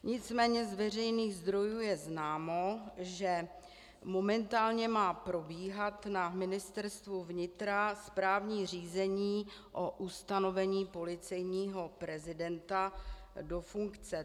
Nicméně z veřejných zdrojů je známo, že momentálně má probíhat na Ministerstvu vnitra správní řízení o ustanovení policejního prezidenta do funkce.